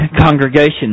congregation